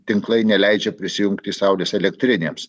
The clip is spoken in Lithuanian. tinklai neleidžia prisijungti saulės elektrinėms